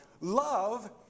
Love